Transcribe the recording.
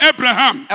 Abraham